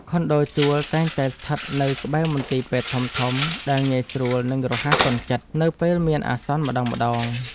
ខុនដូជួលតែងតែស្ថិតនៅក្បែរមន្ទីរពេទ្យធំៗដែលងាយស្រួល និងរហ័សទាន់ចិត្តនៅពេលមានអាសន្នម្តងៗ។